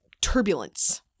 turbulence